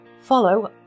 follow